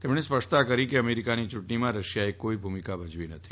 તેમણે સ્પષ્ટતા કરી કે અમેરિકાની યુંટણીમાં રશિયાએ કોઈ ભુમિકા ભજવી નથી